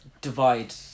divide